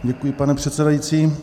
Děkuji, pane předsedající.